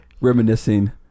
reminiscing